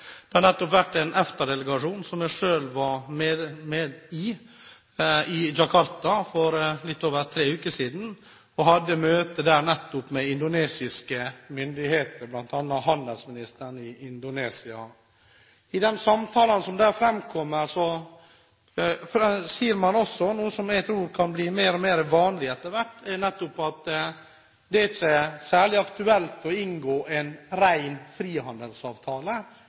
Det har nettopp vært en EFTA-delegasjon, som jeg selv var med i, i Jakarta, for litt over tre uker siden, som hadde møte med indonesiske myndigheter, bl.a. handelsministeren i Indonesia. I de samtalene som der var, sier man også noe som jeg tror kan blir mer og mer vanlig etter hvert, nemlig at det ikke er særlig aktuelt å inngå en ren frihandelsavtale